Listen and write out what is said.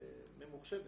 ממוחשבת